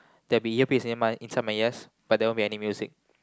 there will be ear piece in my inside my ears but there won't be any music